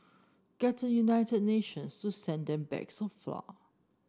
get the United Nations to send them bags of flour